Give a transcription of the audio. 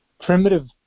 primitive